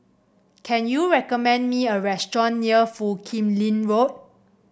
can you recommend me a restaurant near Foo Kim Lin Road